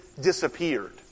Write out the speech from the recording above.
disappeared